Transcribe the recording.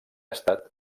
estat